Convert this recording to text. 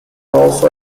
also